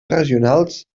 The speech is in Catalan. regionals